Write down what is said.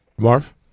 Marv